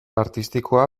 artistikoa